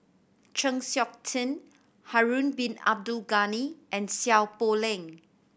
Chng Seok Tin Harun Bin Abdul Ghani and Seow Poh Leng